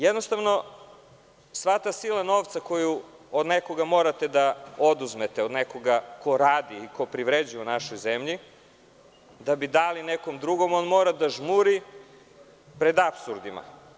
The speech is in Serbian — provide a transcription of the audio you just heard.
Jednostavno, sva ta sila novca koju od nekoga morate da oduzmete, od nekoga ko radi i ko privređuje u našoj zemlji da bi dali nekom drugom, on mora da žmuri pred apsurdima.